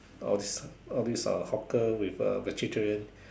all these all these uh hawker with uh vegetarian